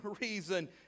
reason